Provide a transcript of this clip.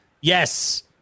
yes